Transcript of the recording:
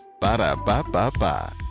Ba-da-ba-ba-ba